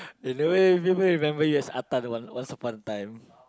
in a way people remember you as Ah-Tan Once Upon a Time